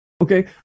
Okay